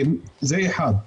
זה אחת,